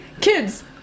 kids-